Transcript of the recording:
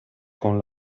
con